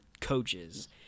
coaches